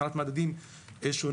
מבחינת מדדים שונים.